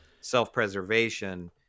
self-preservation